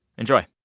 enjoy